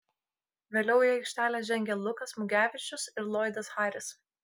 vėliau į aikštelę žengė lukas mugevičius ir loydas harris